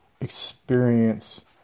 Experience